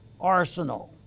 arsenal